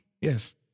Yes